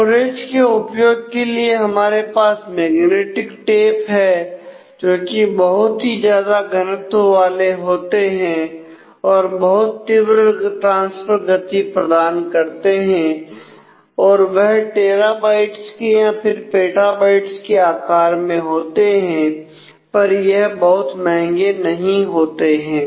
storage के उपयोग के लिए हमारे पास मैग्नेटिक टेप है जो कि बहुत ही ज्यादा घनत्व वाले होते हैं और बहुत तीव्र ट्रांसफर गति प्रदान करते हैं और वह टेराबाइट्स के या फिर पेटाबाइट्स के आकार में होते हैं पर यह बहुत महंगे नहीं होते हैं